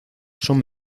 son